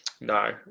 No